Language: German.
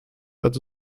wird